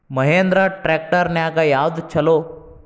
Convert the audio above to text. Mahindra tractor ನ್ಯಾಗ ಯಾವ್ದ ಛಲೋ?